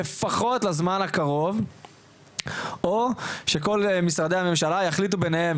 לפחות לזמן הקרוב או שכל משרדי הממשלה יחליטו ביניהם